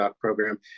program